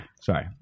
Sorry